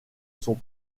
sont